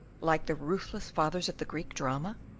like the ruthless fathers of the greek drama?